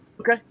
Okay